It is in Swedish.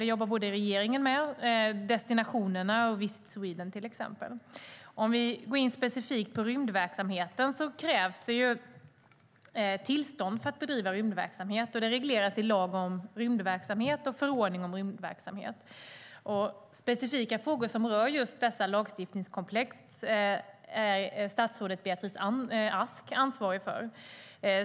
Det jobbar såväl regeringen som destinationerna och Visit Sweden med. Om vi går in specifikt på rymdverksamheten krävs det tillstånd för att bedriva rymdverksamhet, och det regleras i lagen om rymdverksamhet och förordningen om rymdverksamhet. Specifika frågor som rör just detta lagstiftningskomplex är statsrådet Beatrice Ask ansvarig för.